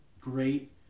great